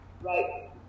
right